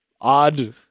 odd